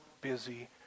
busy